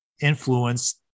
influence